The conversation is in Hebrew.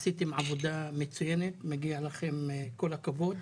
עשיתם עבודה מצוינת, מגיע לכם כל הכבוד.